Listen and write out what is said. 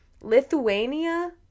Lithuania